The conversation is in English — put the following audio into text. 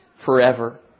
forever